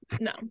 No